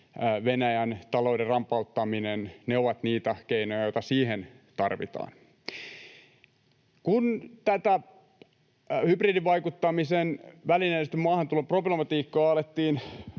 Venäjän talouden rampauttaminen ovat niitä keinoja, joita siihen tarvitaan. Kun tätä hybridivaikuttamisen, välineellistetyn maahantulon, problematiikkaa alettiin